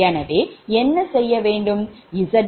எனவே என்ன செய்ய வேண்டும் Zbus 0